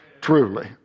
truly